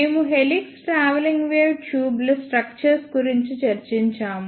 మేము helix travelling wave ట్యూబ్ల structure గురించి చర్చించాము